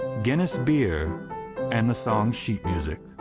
guinness beer and the song's sheet music.